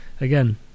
again